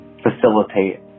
facilitate